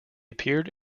appeared